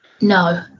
No